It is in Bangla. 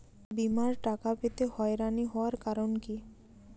বিমার টাকা পেতে হয়রানি হওয়ার কারণ কি?